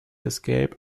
escape